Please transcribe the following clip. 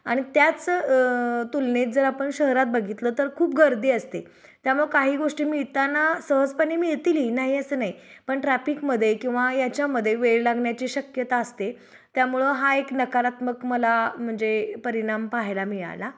आणि त्याच तुलनेत जर आपण शहरात बघितलं तर खूप गर्दी असते त्यामुळं काही गोष्टी मिळताना सहजपणे मिळतील नाही असं नाही पण ट्रॅफिकमध्ये किंवा याच्यामध्ये वेळ लागण्याची शक्यता असते त्यामुळं हा एक नकारात्मक मला म्हणजे परिणाम पाहायला मिळाला